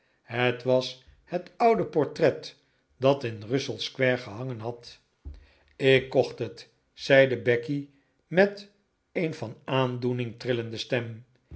het was het oude portret dat in russell square gehangen had ik kocht het zeide becky met een van aandoening trillende stem